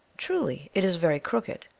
truly, it is very crooked,